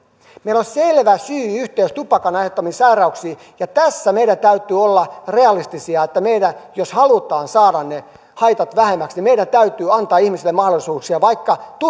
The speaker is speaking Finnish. meillä on selvä syy yhteys tupakan aiheuttamiin sairauksiin ja tässä meidän täytyy olla realistisia että meidän jos haluamme saada ne haitat vähemmäksi täytyy antaa ihmisille mahdollisuuksia vaikka